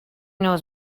knows